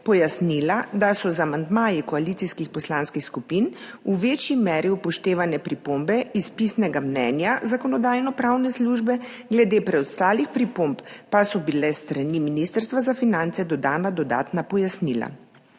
pojasnila, da so z amandmaji koalicijskih poslanskih skupin v večji meri upoštevane pripombe iz pisnega mnenja Zakonodajno-pravne službe, glede preostalih pripomb pa so bile s strani Ministrstva za finance dodana dodatna pojasnila.